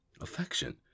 affection